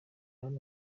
hano